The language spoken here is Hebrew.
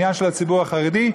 לעניין של הציבור החרדי,